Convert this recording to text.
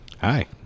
Hi